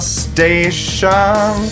station